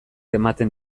ematen